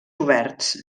oberts